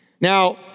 Now